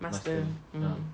master mm